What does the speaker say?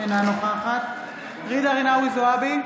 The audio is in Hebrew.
אינה נוכחת ג'ידא רינאוי זועבי,